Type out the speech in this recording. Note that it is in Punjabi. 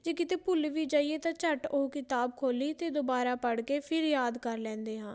ਜੇ ਕਿਤੇ ਭੁੱਲ ਵੀ ਜਾਈਏ ਤਾਂ ਝੱਟ ਉਹ ਕਿਤਾਬ ਖੋਲ੍ਹੀ ਅਤੇ ਦੁਬਾਰਾ ਪੜ੍ਹ ਕੇ ਫਿਰ ਯਾਦ ਕਰ ਲੈਂਦੇ ਹਾਂ